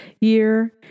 year